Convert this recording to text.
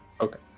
Okay